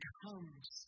comes